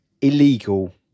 Illegal